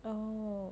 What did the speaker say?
oh